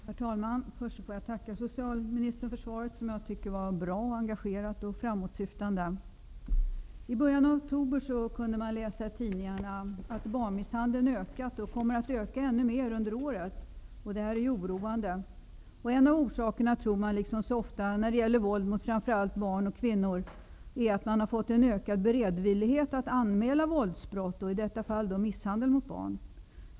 Herr talman! Först vill jag tacka socialministern för svaret, som jag tycker är mycket bra, engagerat och framåtsyftande. I början av oktober kunde vi läsa i tidningarna om hur barnmisshandeln har ökat och kommer att öka ännu mera under året. Det är oroande. En orsak tror man, som så ofta när det gäller våld mot framför allt barn och kvinnor, är en ökad beredvillighet att anmäla våldsbrott, i detta fall misshandel, mot barn.